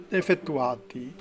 effettuati